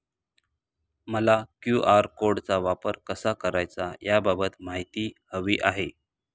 मला क्यू.आर कोडचा वापर कसा करायचा याबाबत माहिती हवी आहे